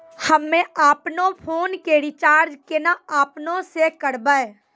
हम्मे आपनौ फोन के रीचार्ज केना आपनौ से करवै?